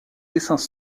dessins